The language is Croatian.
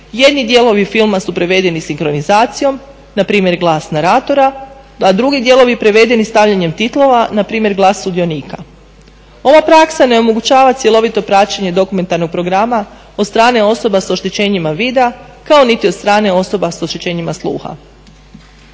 jedni dijelovi filma su prevedeni sinkronizacijom, npr. glas naratora, a drugi dijelovi prevedeni stavljanjem titlova npr. glas sudionika. Ova praksa neomogućava cjelovito praćenje dokumentarnog programa od strane osoba s oštećenjima vida kao niti od strane osoba s oštećenjima sluha.